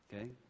okay